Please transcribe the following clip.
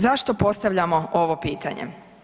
Zašto postavljamo ovo pitanje?